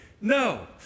No